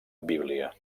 bíblia